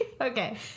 Okay